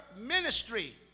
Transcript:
ministry